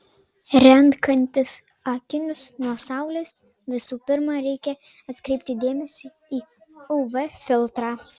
renkantis akinius nuo saulės visų pirma reikia atkreipti dėmesį į uv filtrą